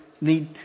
need